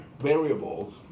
variables